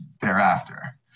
thereafter